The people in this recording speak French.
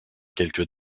quelques